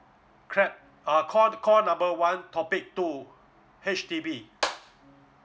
clap uh call call number one topic two H_D_B